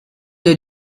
the